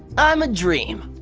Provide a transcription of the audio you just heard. i'm a dream.